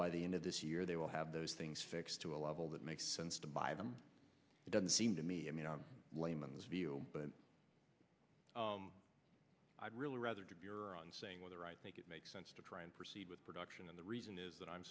by the end of this year they will have those things fixed to a level that makes sense to buy them doesn't seem to me i mean a layman's view but i'd really rather did your on saying whether i think it makes sense to try and proceed with production and the reason is that i'm